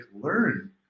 learn